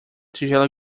tigela